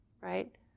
right